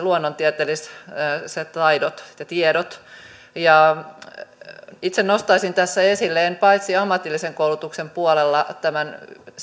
luonnontieteelliset taidot ja tiedot itse nostaisin esille paitsi ammatillisen koulutuksen puolella tämän